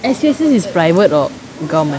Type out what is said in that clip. S_U_S_S is private or government